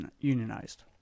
unionized